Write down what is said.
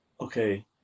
okay